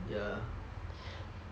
ya